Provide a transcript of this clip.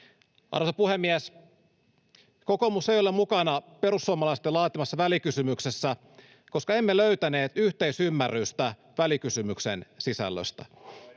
Arvoisa puhemies! Kokoomus ei ole mukana perussuomalaisten laatimassa välikysymyksessä, koska emme löytäneet yhteisymmärrystä välikysymyksen sisällöstä.